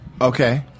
Okay